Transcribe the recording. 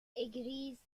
agrees